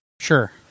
Sure